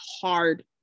hard